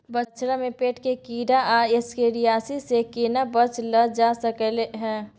बछरा में पेट के कीरा आ एस्केरियासिस से केना बच ल जा सकलय है?